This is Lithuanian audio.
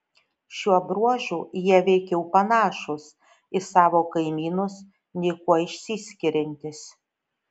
šiuo bruožu jie veikiau panašūs į savo kaimynus nei kuo išsiskiriantys